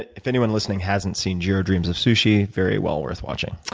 if anyone listening hasn't seen jiro dreams of sushi, very well worth watching.